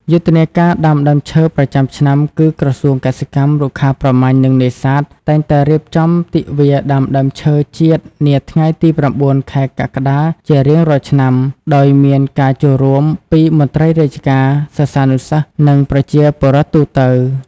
យុទ្ធនាការដាំដើមឈើប្រចាំឆ្នាំ គឹក្រសួងកសិកម្ម រុក្ខាប្រមាញ់ និងនេសាទ តែងតែរៀបចំទិវាដាំដើមឈើជាតិនាថ្ងៃទី៩ ខែកក្កដាជារៀងរាល់ឆ្នាំ ដោយមានការចូលរួមពីមន្ត្រីរាជការ សិស្សានុសិស្ស និងប្រជាពលរដ្ឋទូទៅ។